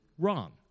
wrong